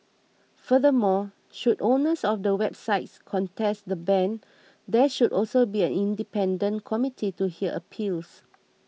furthermore should owners of the websites contest the ban there should also be an independent committee to hear appeals